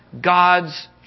God's